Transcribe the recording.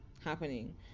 happening